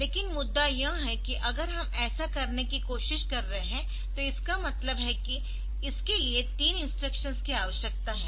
लेकिन मुद्दा यह है कि अगर हम ऐसा करने की कोशिश कर रहे है तो इसका मतलब है कि इसके लिए तीन इंस्ट्रक्शंस की आवश्यकता है